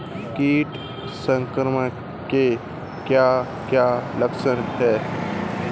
कीट संक्रमण के क्या क्या लक्षण हैं?